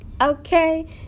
Okay